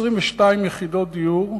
22 יחידות דיור,